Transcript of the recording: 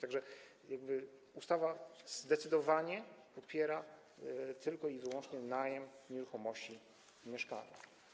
Tak że ustawa zdecydowanie popiera tylko i wyłącznie najem nieruchomości mieszkalnych.